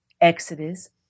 Exodus